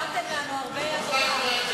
השארתם לנו הרבה עבודה.